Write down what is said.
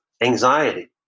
anxiety